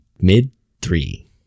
mid-three